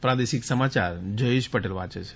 પ્રાદેશિક સમાચાર જયેશ પટેલ વાંચે છે